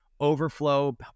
overflow